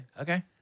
Okay